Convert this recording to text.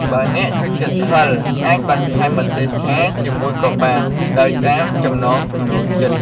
បើអ្នកចូលចិត្តរសជាតិហឹរ អាចបន្ថែមម្ទេសឆាជាមួយក៏បាន ដោយតាមចំណង់ចំណូលចិត្ត។